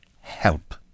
help